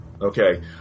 Okay